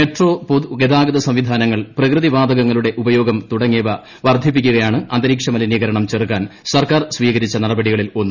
metro പൊതുഗതാഗ്രത് സംവിധാനങ്ങൾ പ്രകൃതിവാതകങ്ങളുടെ ഉപയോഗം തുട്ടങ്ങിയവ വർധിപ്പിക്കുകയാണ് അന്തരീക്ഷമലിനീകരണം ചെറുക്കാ്ൻ സർക്കാർ സ്വീകരിച്ച നടപടികളിൽ ഒന്ന്